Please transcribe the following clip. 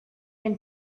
can